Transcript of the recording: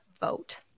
vote